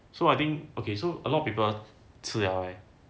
so I think okay so a lot people 吃 liao right